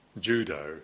judo